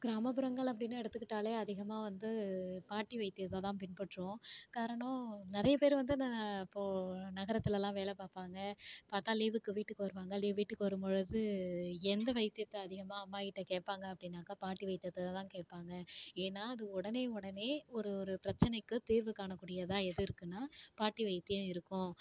கிராமப்புறங்கள் அப்படின்னு எடுத்துக்கிட்டாலே அதிகமாக வந்து பாட்டி வைத்தியத்தை தான் பின்பற்றுவோம் காரணம் நிறையப் பேர் வந்து அந்த இப்போது நகரத்திலலாம் வேலைப் பார்ப்பாங்க பார்த்தா லீவுக்கு வீட்டுக்கு வருவாங்க லீவ் வீட்டுக்கு வரும் பொழுது எந்த வைத்தியத்தை அதிகமாக அம்மாக்கிட்ட கேட்பாங்க அப்படின்னாக்க பாட்டி வைத்தியத்தை தான் கேட்பாங்க ஏன்னால் அது உடனே உடனே ஒரு ஒரு பிரச்சினைக்கு தீர்வு காணக்கூடியதாக எது இருக்குதுன்னா பாட்டி வைத்தியம் இருக்கும்